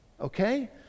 Okay